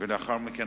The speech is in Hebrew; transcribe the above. ולאחר מכן,